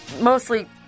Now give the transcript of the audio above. mostly